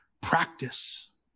practice